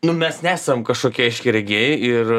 nu mes nesam kažkokie aiškiaregiai ir